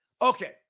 Okay